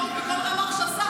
אני סנגורית בכל רמ"ח-שס"ה.